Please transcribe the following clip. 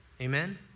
amen